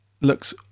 looks